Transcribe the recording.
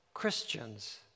Christians